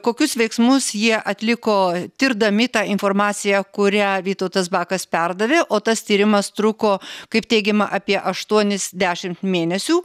kokius veiksmus jie atliko tirdami tą informaciją kurią vytautas bakas perdavė o tas tyrimas truko kaip teigiama apie aštuonis dešimt mėnesių